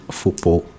football